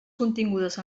contingudes